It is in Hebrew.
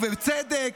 ובצדק,